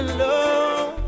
love